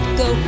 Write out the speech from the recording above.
go